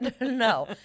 no